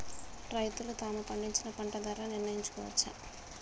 రైతులు తాము పండించిన పంట ధర నిర్ణయించుకోవచ్చా?